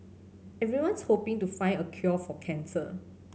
everyone's hoping to find a cure for cancer